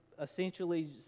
essentially